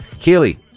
Keely